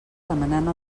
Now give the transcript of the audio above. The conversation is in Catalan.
demanant